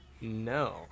No